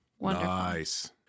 Nice